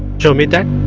show me that